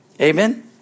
Amen